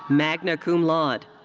magna cum laude.